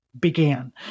began